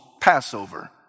Passover